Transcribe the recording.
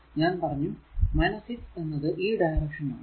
ഞാൻ പറഞ്ഞു 6 എന്നത് ഈ ഡയറക്ഷൻ ആണ്